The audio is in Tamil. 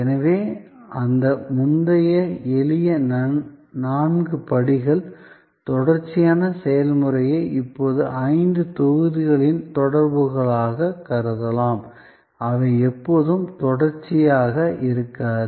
எனவே அந்த முந்தைய எளிய நான்கு படிகள் தொடர்ச்சியான செயல்முறையை இப்போது ஐந்து தொகுதிகளின் தொடர்புகளாகக் கருதலாம் அவை எப்போதும் தொடர்ச்சியாக இருக்காது